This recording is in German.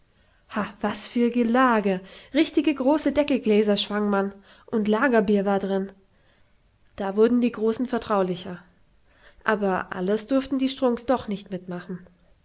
was für gelage richtige große deckelgläser schwang man und lagerbier war drin da wurden die großen vertraulicher aber alles durften die strunks doch nicht mitmachen